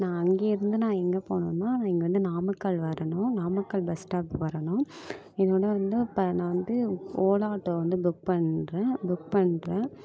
நான் அங்கேருந்து நான் எங்கே போகணுன்னா நான் இங்கே வந்து நாமக்கல் வரணும் நாமக்கல் பஸ் ஸ்டாப் வரணும் என்னோடய வந்து இப்போ நான் வந்து ஓலா ஆட்டோ வந்து புக் பண்ணுறேன் புக் பண்ணுறேன்